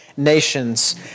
Nations